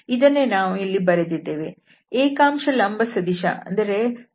ಇದನ್ನೇ ನಾವು ಇಲ್ಲಿ ಬರೆದಿದ್ದೇವೆ ಏಕಾಂಶ ಲಂಬ ಸದಿಶ xiyjzk3 ಆಗಿದೆ